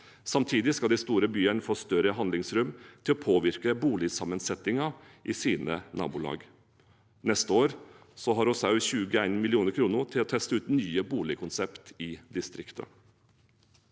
Samtidig skal de store byene få større handlingsrom til å påvirke boligsammensetningen i sine nabolag. Neste år har vi også 21 mill. kr til å teste ut nye boligkonsept i distriktene.